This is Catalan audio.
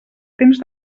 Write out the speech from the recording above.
temps